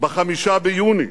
ב-5 ביוני,